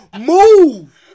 Move